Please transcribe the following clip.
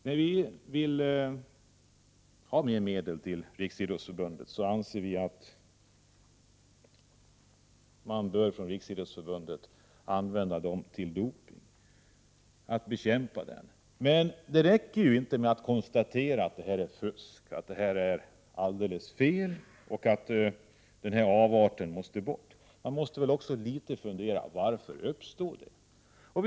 När vi vill att Riksidrottsförbundet skall tillföras mer medel så anser vi att Riksidrottsförbundet bör använda dessa pengar till att bekämpa doping. Det räcker inte att konstatera att doping är fusk, att det är alldeles fel, att denna avart måste bort. Man måste också litet fundera över varför denna avart uppstår.